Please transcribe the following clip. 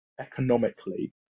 economically